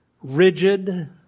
rigid